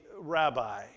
rabbi